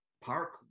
Park